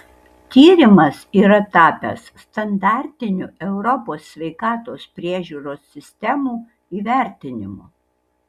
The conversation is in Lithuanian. tyrimas yra tapęs standartiniu europos sveikatos priežiūros sistemų įvertinimu